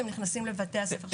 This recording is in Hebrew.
והם נכנסים לבתי הספר.